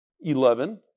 eleven